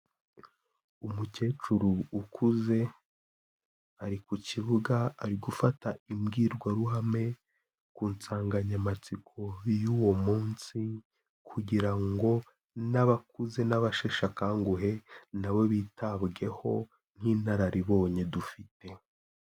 Umukecuru ukuze, ari ku kibuga ari gufata imbwirwaruhame ku nsanganyamatsiko y'uwo munsi, kugira ngo n'abakuze n'abasheshakanguhe, nabo bitabweho nk'inararibonye dufite.